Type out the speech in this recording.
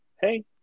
hey